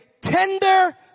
tender